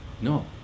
No